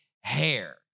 hair